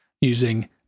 using